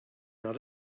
not